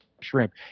shrimp